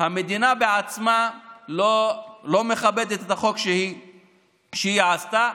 המדינה עצמה לא מכבדת את החוק שהיא חוקקה.